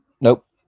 Nope